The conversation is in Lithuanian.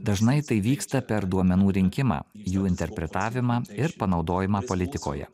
dažnai tai vyksta per duomenų rinkimą jų interpretavimą ir panaudojimą politikoje